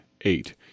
eight